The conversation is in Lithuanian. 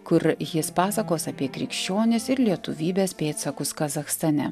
kur jis pasakos apie krikščionis ir lietuvybės pėdsakus kazachstane